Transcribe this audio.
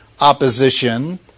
opposition